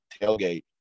tailgate